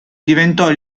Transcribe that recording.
diventò